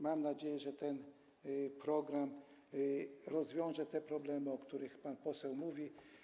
Mam nadzieję, że ten program rozwiąże te problemy, o których pan poseł mówi.